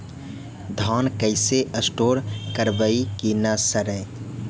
धान कैसे स्टोर करवई कि न सड़ै?